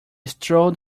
strolled